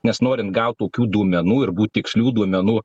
nes norint gaut tokių duomenų ir būt tikslių duomenų